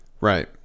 Right